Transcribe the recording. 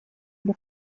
для